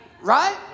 Right